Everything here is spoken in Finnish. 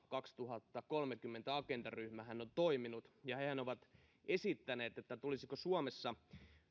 kaksituhattakolmekymmentä ryhmähän on toiminut ja hehän ovat esittäneet tulisiko suomessa